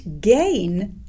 gain